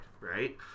right